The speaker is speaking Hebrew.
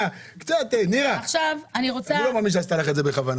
נירה, אני לא מאמין שהיא עשתה לך בכוונה.